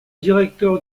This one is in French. directeur